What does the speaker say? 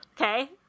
Okay